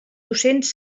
docents